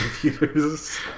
computers